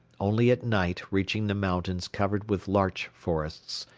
only at night reaching the mountains covered with larch forests,